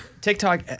TikTok